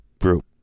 group